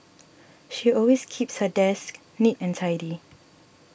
she always keeps her desk neat and tidy